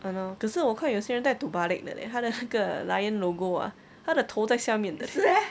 !hannor! 可是我看有些人戴 terbalik 的 leh 他 的那个 lion logo ah 他的头在下面的 leh